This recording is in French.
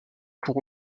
pour